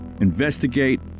investigate